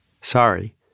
sorry